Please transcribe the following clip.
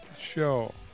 show